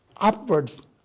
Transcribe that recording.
upwards